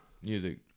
music